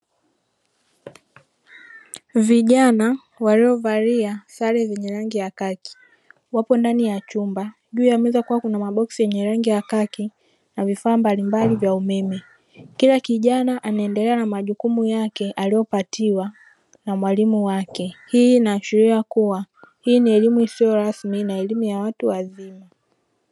Vijana waliovalia sare zenye rangi ya kaki wapo ndani ya chumba, juu ya meza kukiwa kuna maboksi yenye rangi ya kaki na vifaa mbalimbali vya umeme. Kila kijana anaendelea na majukumu yake aliyopatiwa na mwalimu wake, hii inaashiria kuwa hii ni elimu isiyorasmi na elimu ya watu wazima.